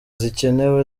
zikenewe